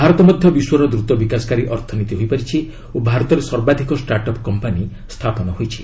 ଭାରତ ମଧ୍ୟ ବିଶ୍ୱର ଦ୍ରତ ବିକାଶକାରୀ ଅର୍ଥନୀତି ହୋଇପାରିଛି ଓ ଭାରତରେ ସର୍ବାଧିକ ଷ୍ଟାର୍ଟ୍ ଅପ୍ କମ୍ପାନି ସ୍ଥାପନ ହୋଇଛି